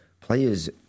Players